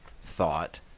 thought